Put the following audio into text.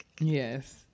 yes